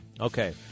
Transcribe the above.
Okay